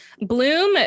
Bloom